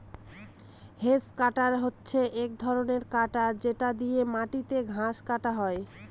hedge cutter হচ্ছে এক ধরনের কাটার যেটা দিয়ে মাটিতে ঘাস কাটা হয়